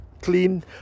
clean